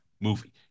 movie